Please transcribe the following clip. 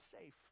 safe